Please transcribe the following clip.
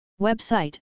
Website